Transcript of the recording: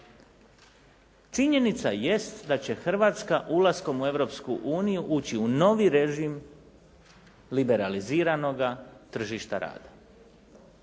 Činjenica jest da će Hrvatska ulaskom u Europsku uniju ući u novi režim liberaliziranoga tržišta rada.